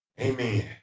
Amen